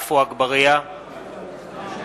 עפו אגבאריה, אינו